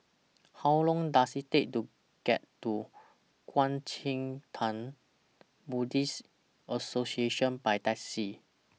How Long Does IT Take to get to Kuang Chee Tng Buddhist Association By Taxi